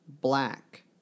black